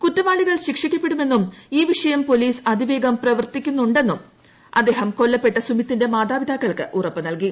കുറ്റവാളികൾ ശിക്ഷിക്കപ്പെടുമെന്നും ഈ വിഷയത്തിൽ പൊലീസ് അതിവേഗം പ്രവർത്തിക്കുന്നുണ്ടെന്നും അദ്ദേഹം കൊല്ലപ്പെട്ട സുമിത്തിന്റെ മാതാപിതാക്കൾക്ക് ഉറപ്പ് നൽകി